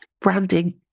branding